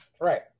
Right